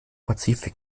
pazifik